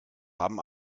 haben